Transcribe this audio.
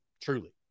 truly